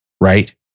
right